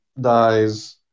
dies